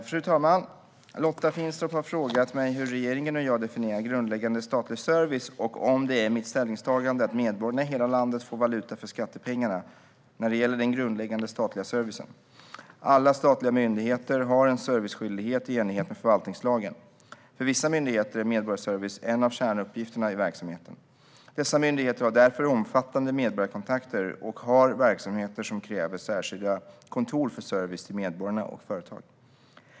Fru talman! Lotta Finstorp har frågat mig hur regeringen och jag definierar grundläggande statlig service och om det är mitt ställningstagande att medborgare i hela landet får valuta för skattepengarna när det gäller den grundläggande statliga servicen. Alla statliga myndigheter har en serviceskyldighet i enlighet med förvaltningslagen. För vissa myndigheter är medborgarservice en av kärnuppgifterna i verksamheten. Dessa myndigheter har därför omfattande medborgarkontakter och har verksamheter som kräver särskilda kontor för service till medborgare och företag.